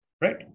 Right